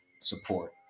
support